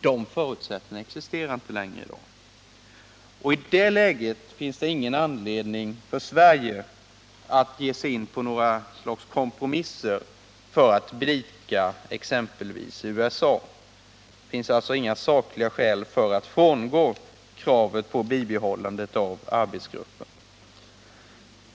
De förutsättningarna existerar inte längre i dag. Och i det läget finns det ingen anledning för Sverige att ge sig in på några slags kompromisser för att blidka exempelvis USA. Det finns alltså inga sakliga skäl för att frångå kravet på ett bibehållande av arbetsgruppen.